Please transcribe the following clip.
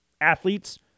athletes